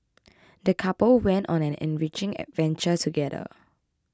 the couple went on an enriching adventure together